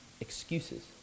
excuses